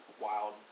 wild